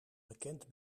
bekend